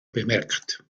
bemerkt